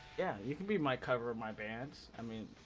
yeah you be my cover my vans i mean